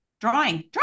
Drawing